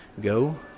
Go